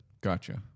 Gotcha